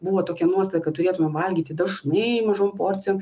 buvo tokia nuostata kad turėtumėm valgyti dažnai mažom porcijom